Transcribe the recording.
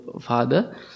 father